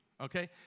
Okay